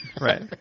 right